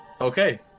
Okay